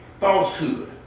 falsehood